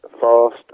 fast